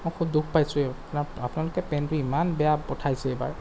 মই খুব দুখ পাইছোঁ আপোনাৰ আপোনালোকে পেণ্টটো ইমান বেয়া পঠাইছে এইবাৰ